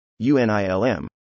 UNILM